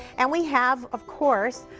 and we have, of course,